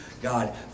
God